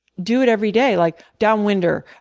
do it every day, like down-winder,